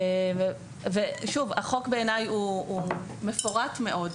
שוב, בעיניי החוק הוא מפורט מאוד.